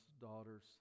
daughters